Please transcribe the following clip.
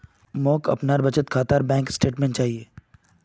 मोक अपनार बचत खातार बैंक स्टेटमेंट्स चाहिए